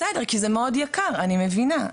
בסדר, כי זה מאד יקר, אני מבינה.